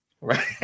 Right